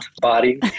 body